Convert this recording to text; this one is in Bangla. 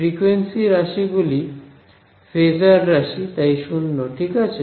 ফ্রিকোয়েন্সি রাশি গুলি ফেজার রাশি তাই 0 ঠিক আছে